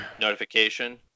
notification